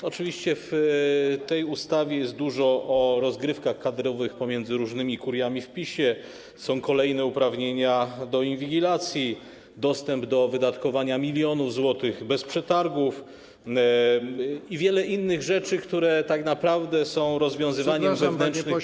Oczywiście w tej ustawie jest dużo o rozgrywkach kadrowych pomiędzy różnymi kuriami w PiS-ie, są kolejne uprawnienia do inwigilacji, dostęp do wydatkowania milionów złotych bez przetargów i wiele innych rzeczy, które tak naprawdę są rozwiązywaniem wewnętrznych.